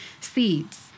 seeds